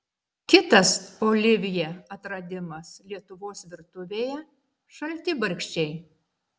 kitas olivjė atradimas lietuvos virtuvėje šaltibarščiai